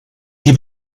die